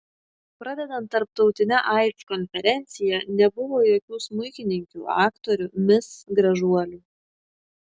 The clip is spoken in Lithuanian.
pradedant tarptautine aids konferencija nebuvo jokių smuikininkių aktorių mis gražuolių